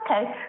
Okay